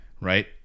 right